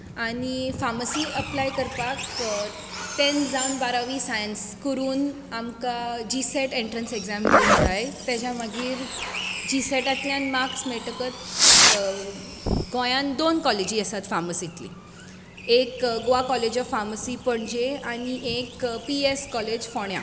आनी pharmacy apply करपाक तेंथ जावन बारावी सायंस करून आमकां जी सॅट एक्जाम दिवंक जाय तेज्या मागीर जी सॅटांतल्यान मार्क्स मेळटकत गोंयान दोन कॉलेजी आसात फार्मसीतली एक Goa college of pharmacy Panaji आनी एक पी ई एस कॉलेज फोण्या